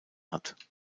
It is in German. hat